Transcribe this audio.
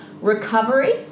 recovery